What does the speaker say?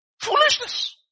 Foolishness